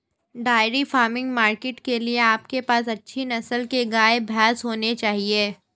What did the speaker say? dairy farming market के लिए आपके पास अच्छी नस्ल के गाय, भैंस होने चाहिए